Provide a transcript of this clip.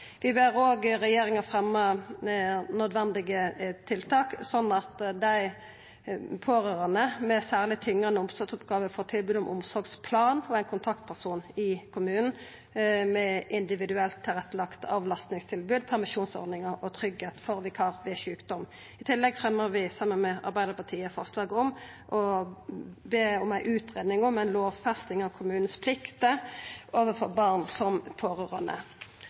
Vi ber også regjeringa fremja nødvendige tiltak, slik at dei pårørande med særleg tyngande omsorgsoppgåver får tilbod om omsorgsplan og ein kontaktperson i kommunen, med individuelt tilrettelagde avlastningstilbod, permisjonsordningar og tryggleik for vikar ved sjukdom. I tillegg fremjar vi saman med Arbeidarpartiet forslag om å be om ei utgreiing av ei lovfesting av kommunane sine plikter overfor barn som pårørande.